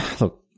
look